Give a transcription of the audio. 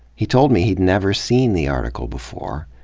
he told me he'd never seen the article before,